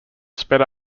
sped